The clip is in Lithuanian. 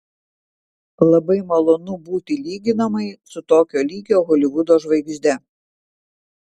labai malonu būti lyginamai su tokio lygio holivudo žvaigžde